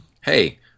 hey